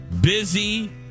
busy